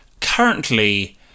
currently